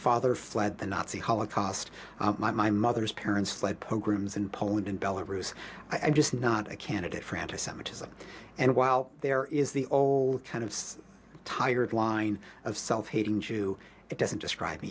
father fled the nazi holocaust my mother's parents fled pogroms in poland in belarus i'm just not a candidate for anti semitism and while there is the old kind of tired line of self hating jew it doesn't describe